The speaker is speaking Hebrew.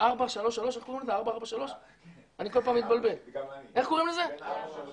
איך קוראים לזה, 433?